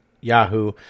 Yahoo